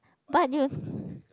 but you